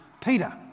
Peter